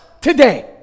today